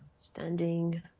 standing